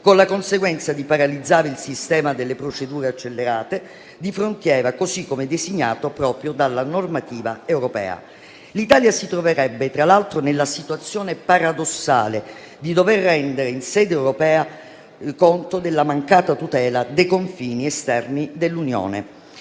con la conseguenza di paralizzare il sistema delle procedure accelerate di frontiera, così come designato proprio dalla normativa europea. L'Italia si troverebbe, tra l'altro, nella situazione paradossale di dover rendere conto in sede europea della mancata tutela dei confini esterni dell'Unione.